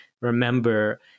remember